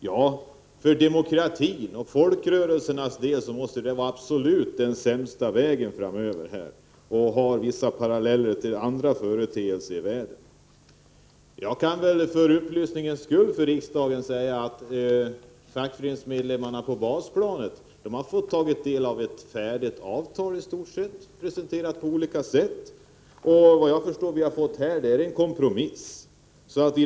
Men för demokratin och för folkrörelsernas del måste detta vara den absolut sämsta vägen framöver, och man kan dra paralleller till andra företeelser i världen. Jag kan upplysningsvis nämna att fackföreningsmedlemmarna på basplanet har fått ta del av ett i stort sett färdigt avtal, presenterat på olika vis, och enligt vad jag förstår är det som här framläggs en kompromiss.